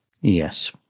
yes